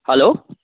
hello